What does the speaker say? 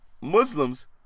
Muslims